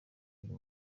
uyu